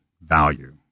value